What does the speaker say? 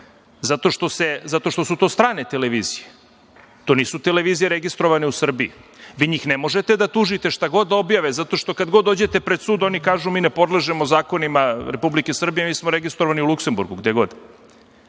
zato što su to strane televizije, to nisu televizije registrovane u Srbiji, vi njih ne možete da tužite, šta god objave, zato što kad god dođete pred sud, oni kažu - mi ne podležemo zakonima Republike Srbije, mi smo registrovani u Luksemburgu, gde god,